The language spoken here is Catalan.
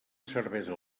cervesa